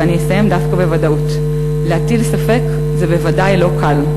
ואני אסיים דווקא בוודאות: להטיל ספק זה בוודאי לא קל.